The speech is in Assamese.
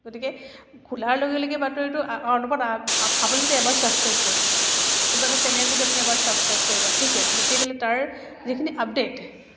গতিকে খোলাৰ লগে লগে বাতৰিটো অনবৰত আপুনি যদি এবাৰ ছাব্সক্ৰাইব কৰিছে কোনোবাটো চেনেল যদি আপুনি এবাৰ ছাব্সক্ৰাইব কৰি ৰাখিছে গতিক'লে তাৰ যিখিনি আপডেট